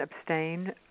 abstain